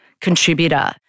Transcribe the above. contributor